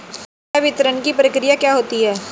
संवितरण की प्रक्रिया क्या होती है?